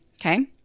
Okay